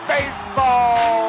Baseball